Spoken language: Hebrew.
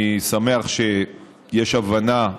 אני שמח שיש הבנה,